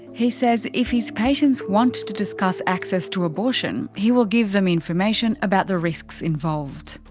he says if his patients want to discuss access to abortion, he will give them information about the risks involved.